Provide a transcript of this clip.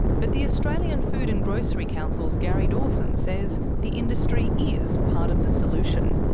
but the australian food and grocery council's gary dawson says the industry is part of the solution.